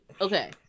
Okay